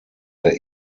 der